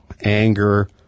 anger